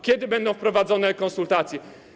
Kiedy będą wprowadzone konsultacje?